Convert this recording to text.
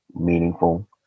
meaningful